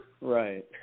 Right